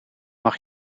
mag